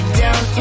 down